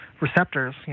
receptors